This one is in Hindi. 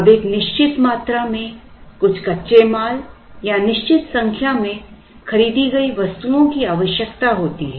अब एक निश्चित मात्रा में कुछ कच्चे माल या निश्चित संख्या में खरीदी गई वस्तुओं की आवश्यकता होती है